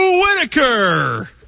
Whitaker